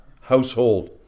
household